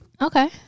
Okay